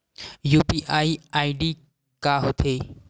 UPI ID का होथे?